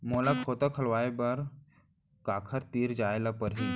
मोला खाता खोलवाय बर काखर तिरा जाय ल परही?